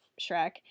Shrek